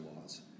laws